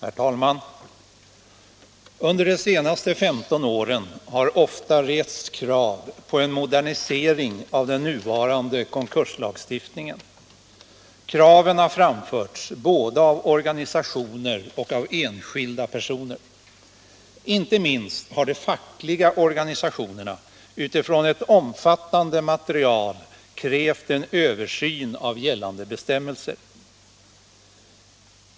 Herr talman! Under de senaste 15 åren har det ofta rests krav på en modernisering av den nuvarande konkurslagstiftningen. Kraven har framförts både av organisationer och av enskilda personer. Inte minst har de fackliga organisationerna utifrån ett omfattande material krävt en översyn av gällande bestämmelser.